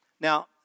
Now